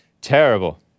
Terrible